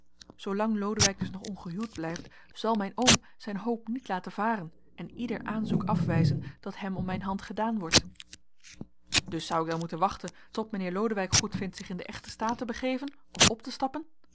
zoolang lodewijk dus nog ongehuwd blijft zal mijn oom zijn hoop niet laten varen en ieder aanzoek afwijzen dat hem om mijn hand gedaan wordt dus zou ik dan moeten wachten tot mijnheer lodewijk goedvindt zich in den echten staat te begeven of op te stappen